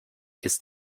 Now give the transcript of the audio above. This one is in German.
ist